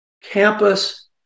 campus